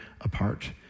apart